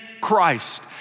Christ